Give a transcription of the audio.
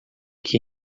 que